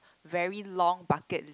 very long bucket list